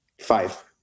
Five